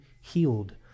healed